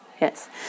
Yes